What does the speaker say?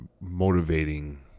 motivating